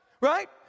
Right